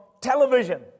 television